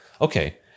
Okay